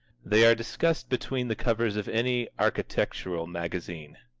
they are discussed between the covers of any architectural magazine.